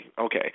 okay